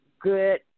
good